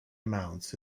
amounts